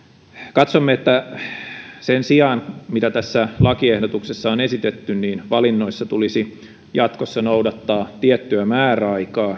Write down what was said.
katsomme että sen sijaan mitä tässä lakiehdotuksessa on esitetty valinnoissa tulisi jatkossa noudattaa tiettyä määräaikaa